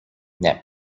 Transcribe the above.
net